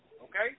okay